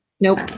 nope,